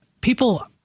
people